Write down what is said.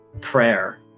prayer